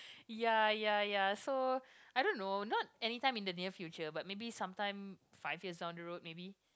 ya ya ya so I don't know not any time in the near future but maybe sometime five years along the road maybe